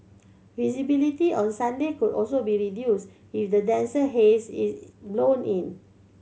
visibility on Sunday could also be reduced if the denser haze is blown in